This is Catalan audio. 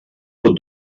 pot